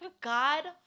God